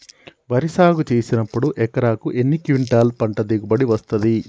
వరి సాగు చేసినప్పుడు ఎకరాకు ఎన్ని క్వింటాలు పంట దిగుబడి వస్తది?